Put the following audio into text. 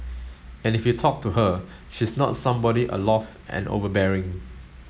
and if you talk to her she's not somebody and overbearing